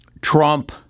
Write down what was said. Trump